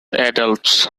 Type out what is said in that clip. adults